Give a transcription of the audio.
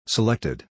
Selected